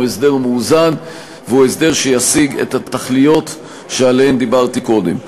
הוא הסדר מאוזן והוא הסדר שישיג את התכליות שעליהן דיברתי קודם.